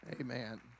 Amen